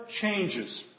changes